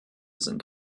sind